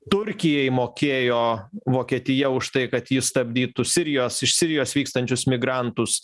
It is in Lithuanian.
turkijai mokėjo vokietija už tai kad ji stabdytų sirijos iš sirijos vykstančius migrantus